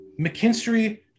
McKinstry